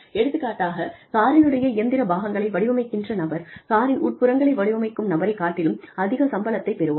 எடுத்துக்காட்டாக காரினுடைய இயந்திர பாகங்களை வடிவமைக்கின்ற நபர் காரின் உட்புறங்களை வடிவமைக்கும் நபரைக் காட்டிலும் அதிக சம்பளத்தை பெறுவார்